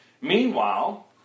meanwhile